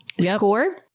score